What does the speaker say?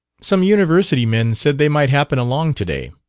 some university men said they might happen along to-day.